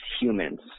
humans